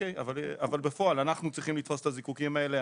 אבל בפועל אנחנו צריכים לתפוס את הזיקוקין האלה,